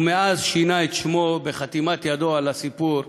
ומאז שינה את שמו, בחתימת ידו על הסיפור,